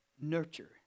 nurture